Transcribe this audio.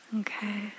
Okay